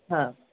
হ্যাঁ